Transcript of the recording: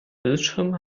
bildschirm